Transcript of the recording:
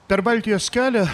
per baltijos kelią